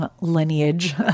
lineage